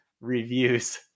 reviews